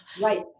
Right